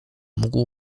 mógł